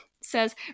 says